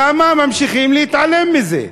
למה ממשיכים להתעלם מזה?